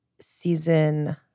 season